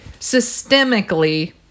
systemically